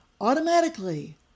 automatically